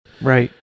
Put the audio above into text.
Right